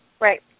Right